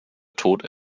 tod